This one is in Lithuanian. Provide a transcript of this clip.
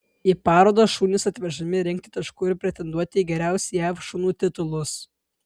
į parodas šunys atvežami rinkti taškų ir pretenduoti į geriausių jav šunų titulus